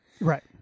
Right